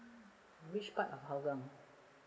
which part of hougang